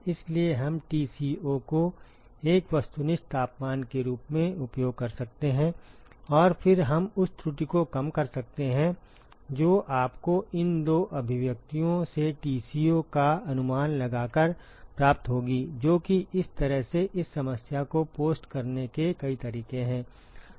इसलिए हम Tco को एक वस्तुनिष्ठ तापमान के रूप में उपयोग कर सकते हैं और फिर हम उस त्रुटि को कम कर सकते हैं जो आपको इन दो अभिव्यक्तियों से Tco का अनुमान लगाकर प्राप्त होगी जो कि एक तरह से इस समस्या को पोस्ट करने के कई तरीके हैं